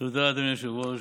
תודה, אדוני היושב-ראש.